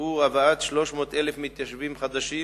הוא הבאת 300,000 מתיישבים חדשים